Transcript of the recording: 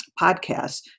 podcasts